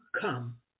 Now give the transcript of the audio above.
come